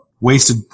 wasted